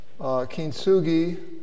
kintsugi